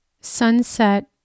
sunset